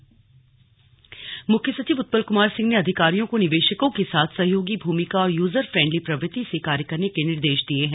slug मुख्य सचिव बैठक मुख्य सचिव उत्पल कुमार सिंह ने अधिकारियों को निवेशकों के साथ सहयोगी भूमिका और यूजर फ्रेंडली प्रवृत्ति से कार्य करने के निर्देश दिये हैं